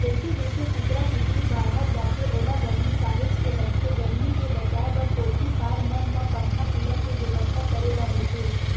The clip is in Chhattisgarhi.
जइसे जइसे कुकरा कुकरी बाड़हत जाथे ओला गरमी काहेच के लगथे गरमी ले बचाए बर पोल्टी फारम मन म पंखा कूलर के बेवस्था करे ल होथे